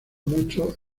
mucho